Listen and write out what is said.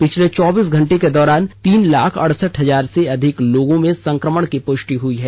पिछले चौबीस घंटे के दौरान तीन लाख अड़सठ हजार से अधिक लोगों में संक्रमण की प्रष्टि हई है